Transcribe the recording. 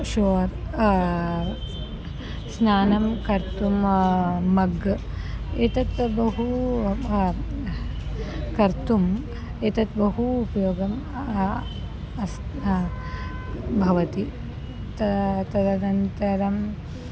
sure स्नानं कर्तुं mug एतत् बहु कर्तुम् एतत् बहु उपयोगः अस्ति भवति ताः तदनन्तरं